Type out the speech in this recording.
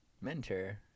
mentor